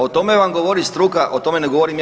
O tome vam govori struka, o tome ne govorim ja.